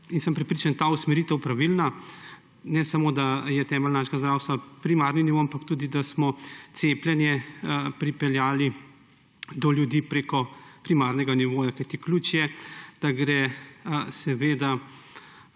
da je bila ta usmeritev pravilna, ne samo da je temelj našega zdravstva primarni nivo, ampak da smo cepljenje pripeljali do ljudi preko primarnega nivoja, kajti ključ je, da gre cepivo